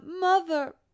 mother